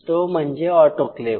तो म्हणजे ऑटोक्लेव